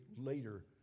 later